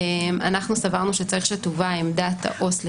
אנחנו סברנו שצריך שתובא עמדת העובד הסוציאלי